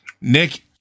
nick